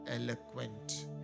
eloquent